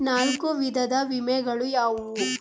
ನಾಲ್ಕು ವಿಧದ ವಿಮೆಗಳು ಯಾವುವು?